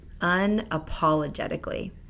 unapologetically